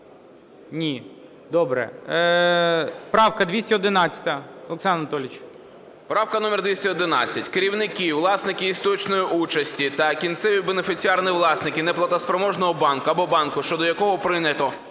Ні. Добре. Правка 211. Олександр Анатолійович. 11:34:50 ДУБІНСЬКИЙ О.А. Правка номер 211. Керівники, власники істотної участі та кінцеві бенефіціарні власники неплатоспроможного банку або банку, щодо якого прийнято